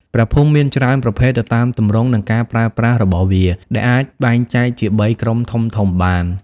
ព្រះភូមិមានច្រើនប្រភេទទៅតាមទម្រង់និងការប្រើប្រាស់របស់វា ដែលអាចបែងចែកជាបីក្រុមធំៗបាន។